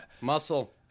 muscle